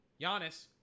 Giannis